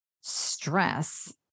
stress